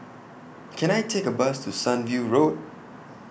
Can I Take A Bus to Sunview Road